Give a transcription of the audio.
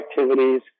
activities